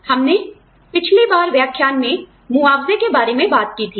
हमने पिछली बार व्याख्यान में मुआवज़े के बारे में बात की थी